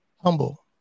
humble